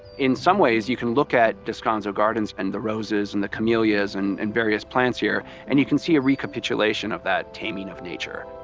in some ways you can look at descanso gardens, and the roses and the camellias and and various plants here and you can see a recapitulation of that taming of nature.